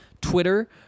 Twitter